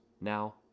Now